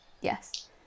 Yes